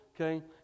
okay